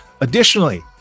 Additionally